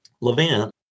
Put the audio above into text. Levant